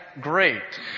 great